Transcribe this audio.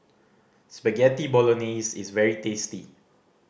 Spaghetti Bolognese is very tasty